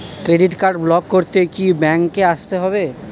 Credit card block করতে কি ব্যাংকে আসতে হবে?